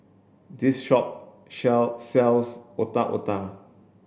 this shop shell sells Otak Otak